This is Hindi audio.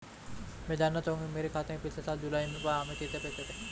मैं जानना चाहूंगा कि मेरे खाते में पिछले साल जुलाई माह में कितने पैसे थे?